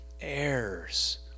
Heirs